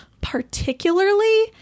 particularly